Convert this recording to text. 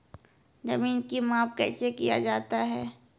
जमीन की माप कैसे किया जाता हैं?